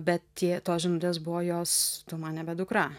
bet tie tos žinutės buvo jos tu man nebe dukra